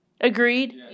agreed